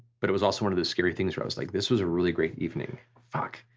but it was also one of those scary things where i was like this was a really great evening, fuck.